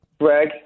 Greg